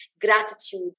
gratitude